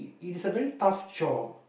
it's a very tough job